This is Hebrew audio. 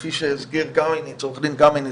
כפי שהסביר עורך דין קמניץ,